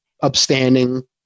upstanding